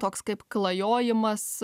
toks kaip klajojimas